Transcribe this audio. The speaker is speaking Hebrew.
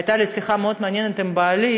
הייתה לי שיחה מאוד מעניינת עם בעלי,